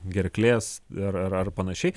gerklės ir ar ar panašiai